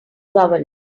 governor